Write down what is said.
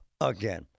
again